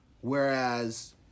Whereas